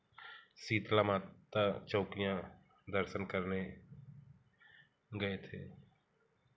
सीतला माता चौकिया दर्शन करने गए थे